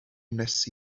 wnes